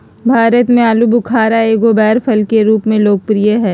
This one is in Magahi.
भारत में आलूबुखारा एगो बैर फल के रूप में लोकप्रिय हइ